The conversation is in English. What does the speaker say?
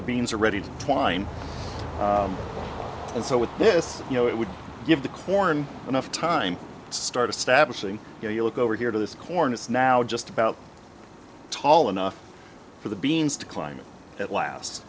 the beans are ready to twine and so with this you know it would give the corn enough time to start establishing you look over here to this corn is now just about tall enough for the beans to climb at last